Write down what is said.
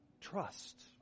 Trust